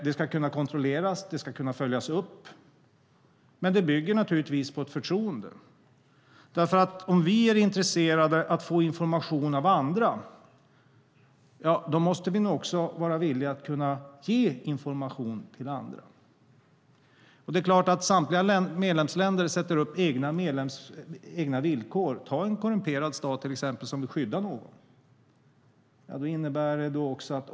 Det ska kunna kontrolleras och följas upp, men det bygger naturligtvis på ett förtroende. Om vi är intresserade av att få information av andra måste vi också vara villiga att ge information till andra. Det är klart att samtliga medlemsländer sätter upp egna villkor. Ta en korrumperad stat som vill skydda någon.